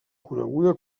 coneguda